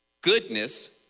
goodness